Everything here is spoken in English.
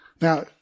Now